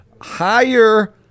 Higher